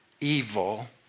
evil